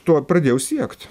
to ir pradėjau siekt